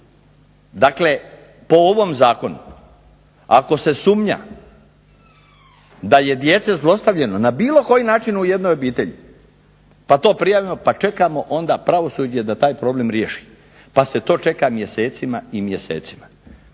Dakle, po ovom zakonu ako se sumnja da je djece zlostavljeno na bilo koji način u jednoj obitelji pa to prijavimo pa čekamo onda pravosuđe da taj problem riješi pa se to čeka mjesecima i mjesecima.